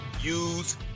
use